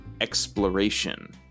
exploration